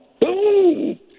boom